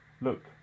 Look